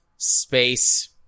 Space